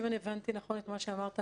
אם הבנתי נכון את מה שאמרת,